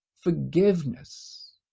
forgiveness